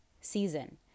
season